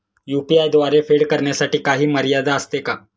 UPI द्वारे फेड करण्यासाठी काही मर्यादा असते का?